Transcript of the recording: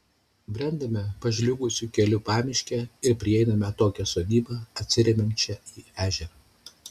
brendame pažliugusiu keliu pamiške ir prieiname atokią sodybą atsiremiančią į ežerą